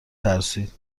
ترسید